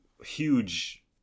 Huge